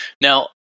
Now